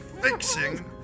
fixing